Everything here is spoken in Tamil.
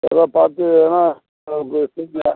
ஏதோ பார்த்து எதனால் செலவுக்கு